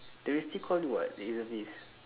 they will still call you [what] reservist